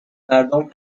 مردم